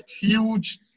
huge